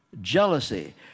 jealousy